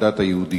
בדת היהודית.